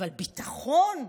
אבל ביטחון?